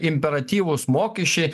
imperatyvūs mokesčiai